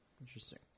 Interesting